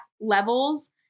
levels